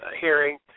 hearing